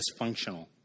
dysfunctional